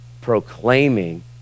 proclaiming